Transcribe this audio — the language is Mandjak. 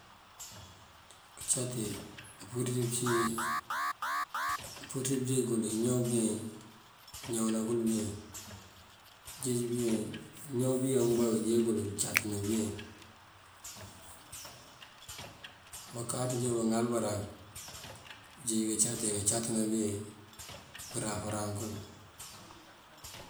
Kancáti mpurir pëncí mëmpurir pënjeej kël íñaw been këñawëna kël been. Ijeej been, këñaw been akubá këjeej kël këncatëna been. Bakáaţ já baŋal baraf bunkëjeej kancáti kancátna been bunka rafaran kël.